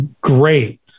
great